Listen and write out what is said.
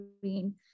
green